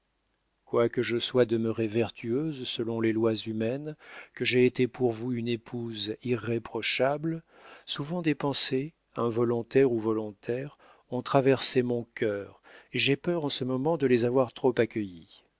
quoique je sois demeurée vertueuse selon les lois humaines que j'aie été pour vous une épouse irréprochable souvent des pensées involontaires ou volontaires ont traversé mon cœur et j'ai peur en ce moment de les avoir trop accueillies